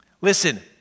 Listen